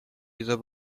dieser